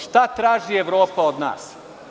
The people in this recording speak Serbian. Šta traži Evropa od nas?